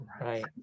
Right